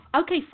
Okay